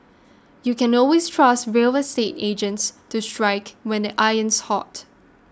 you can always trust real estate agents to strike when the iron's hot